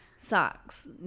Socks